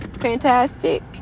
fantastic